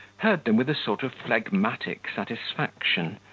heard them with a sort of phlegmatic satisfaction,